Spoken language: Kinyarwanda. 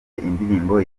indirimbo